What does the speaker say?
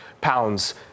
pounds